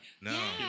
No